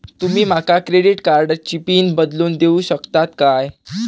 तुमी माका क्रेडिट कार्डची पिन बदलून देऊक शकता काय?